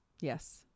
yes